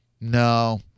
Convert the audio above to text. No